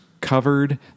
covered